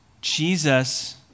Jesus